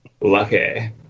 Lucky